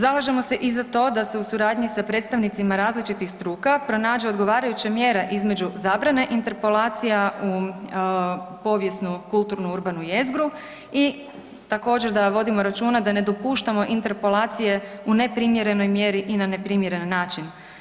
Zalažemo se i za to da se u suradnji sa predstavnicima različitih struka pronađe odgovarajuća mjera između zabrane interpolacija u povijesnu kulturnu urbanu jezgru i također da vodimo računa da ne dopuštamo interpolacije u neprimjerenoj mjeri i na neprimjeren način.